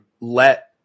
let